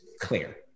clear